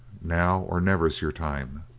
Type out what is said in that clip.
now or never's your time.